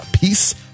peace